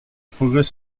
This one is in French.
progrès